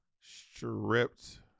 stripped